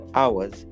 hours